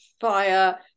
fire